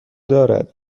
دارد